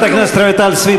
חברת הכנסת רויטל סויד,